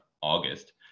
August